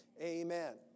amen